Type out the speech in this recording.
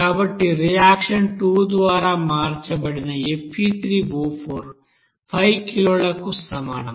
కాబట్టి రియాక్షన్ 2 ద్వారా మార్చబడిన Fe3O4 5 కిలోలకు సమానం